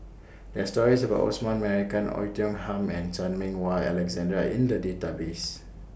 There Are stories about Osman Merican Oei Tiong Ham and Chan Meng Wah Alexander in The Database